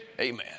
Amen